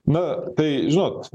na tai žinot